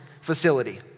facility